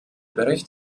bericht